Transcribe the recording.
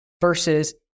versus